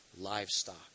livestock